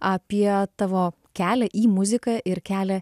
apie tavo kelią į muziką ir kelią